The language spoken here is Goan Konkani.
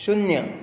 शुन्य